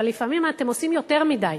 אבל לפעמים אתם עושים יותר מדי,